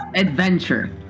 ...adventure